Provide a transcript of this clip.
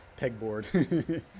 pegboard